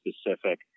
specific